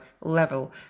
level